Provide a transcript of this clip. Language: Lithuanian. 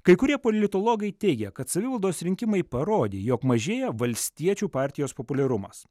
kai kurie politologai teigia kad savivaldos rinkimai parodė jog mažėja valstiečių partijos populiarumas